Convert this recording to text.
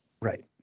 Right